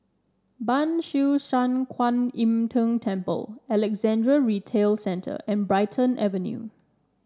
Ban Siew San Kuan Im Tng Temple Alexandra Retail Centre and Brighton Avenue